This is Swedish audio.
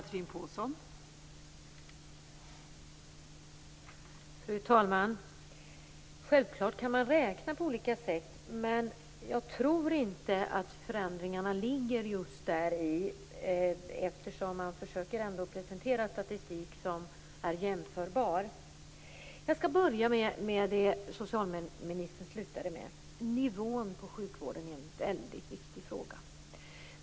Fru talman! Självklart går det att räkna på olika sätt. Men jag tror inte att förändringarna ligger däri. Man försöker ändå presentera statistik som är jämförbar. Jag skall börja med det socialminister slutade med. Nivån på sjukvården är en viktig fråga.